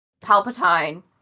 Palpatine